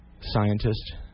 scientist